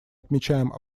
отмечаем